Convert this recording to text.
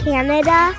Canada